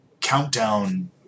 countdown